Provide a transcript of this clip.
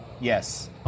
Yes